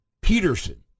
Peterson